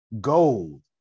gold